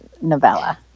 novella